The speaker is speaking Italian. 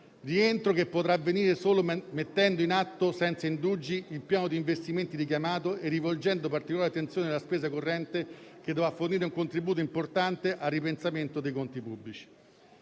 rientro che potrà avvenire solo mettendo in atto senza indugi il piano di investimenti richiamato e rivolgendo particolare attenzione alla spesa corrente, che dovrà fornire un contributo importante al ripensamento dei conti pubblici.